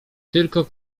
tylko